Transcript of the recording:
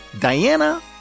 Diana